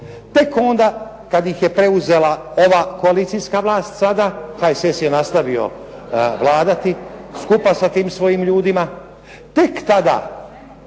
tek onda kada ih je preuzela ova koalicijska vlast sada, HSS je nastavio vladati skupa sa tim svojim ljudima, tek tada